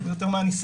זה יותר מהניסיון.